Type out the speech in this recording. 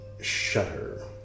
shutter